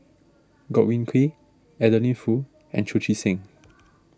Godwin Koay Adeline Foo and Chu Chee Seng